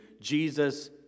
Jesus